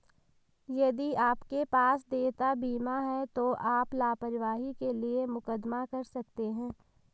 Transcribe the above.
यदि आपके पास देयता बीमा है तो आप लापरवाही के लिए मुकदमा कर सकते हैं